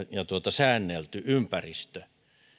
säännelty ympäristö